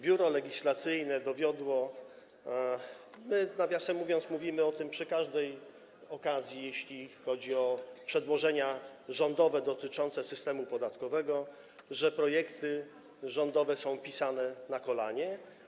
Biuro Legislacyjne dowiodło... my, nawiasem mówiąc, mówimy o tym przy każdej okazji, jeśli chodzi o przedłożenia rządowe dotyczące systemu podatkowego, że projekty rządowe są pisane na kolanie.